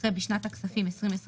אחרי "בשנת הכספים 2021"